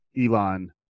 Elon